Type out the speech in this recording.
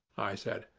i said,